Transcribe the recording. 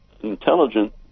intelligent